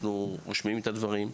אנחנו רושמים את הדברים,